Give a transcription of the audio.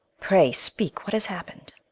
pray speake what ha's happen'd